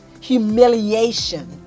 Humiliation